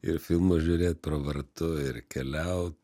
ir filmus žiūrėt pravartu ir keliaut